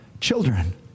children